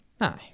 No